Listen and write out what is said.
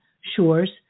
shores